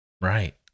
Right